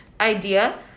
idea